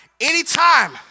Anytime